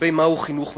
לגבי מהו חינוך ממלכתי.